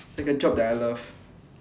like a job that I love